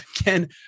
again